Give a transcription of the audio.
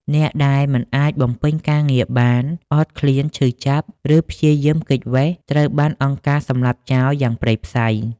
អ្នកដែលមិនអាចបំពេញការងារបាន អត់ឃ្លាន ឈឺចាប់ ឬព្យាយាមគេចវេស ត្រូវបានអង្គការសម្លាប់ចោលយ៉ាងព្រៃផ្សៃ។